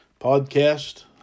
podcast